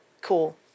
cool